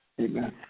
Amen